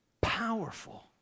Powerful